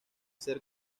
ser